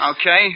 Okay